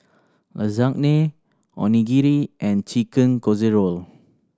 Lasagne Onigiri and Chicken Casserole